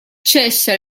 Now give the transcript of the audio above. cessa